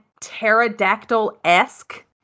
pterodactyl-esque